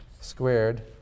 squared